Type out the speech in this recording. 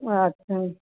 अच्छा